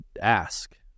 ask